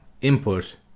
input